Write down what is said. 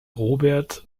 robert